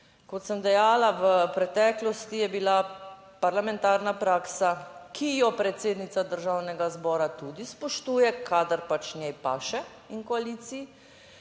Kot sem dejala, v preteklosti je bila parlamentarna praksa, ki jo predsednica Državnega zbora tudi spoštuje, kadar pač njej paše in koaliciji,